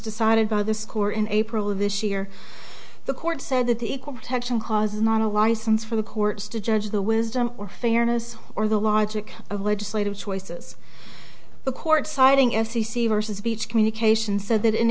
decided by the score in april of this year the court said that the equal protection clause is not a license for the courts to judge the wisdom or fairness or the logic of legislative choices the court siding f c c vs beach communications said that in